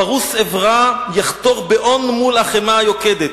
פרוש אברה יחתור באון מול החמה היוקדת".